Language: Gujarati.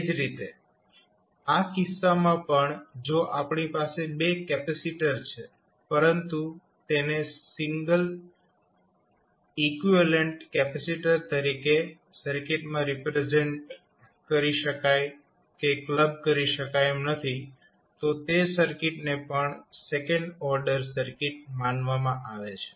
એ જ રીતે આ કિસ્સામાં પણ જો આપણી પાસે બે કેપેસિટર છે પરંતુ તેને સર્કિટમાં સિંગલ ઇકવીવેલેન્ટ કેપેસિટર તરીકે રિપ્રેઝેન્ટ કરવા માટે ક્લબ કરી શકાતા નથી તો તે સર્કિટને પણ સેકન્ડ ઓર્ડર સર્કિટ માનવામાં આવે છે